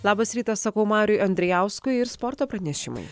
labas rytas sakau mariui andrijauskui ir sporto pranešimai